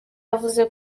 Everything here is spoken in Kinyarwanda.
yavuze